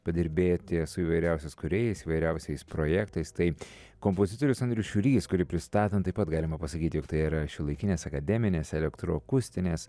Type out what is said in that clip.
padirbėti su įvairiausias kūrėjais įvairiausiais projektais tai kompozitorius andrius šiurys kurį pristatant taip pat galima pasakyti jog tai yra šiuolaikinės akademinės elektroakustinės